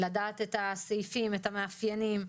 לדעת את הסעיפים, את המאפיינים.